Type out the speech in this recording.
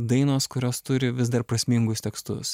dainos kurios turi vis dar prasmingus tekstus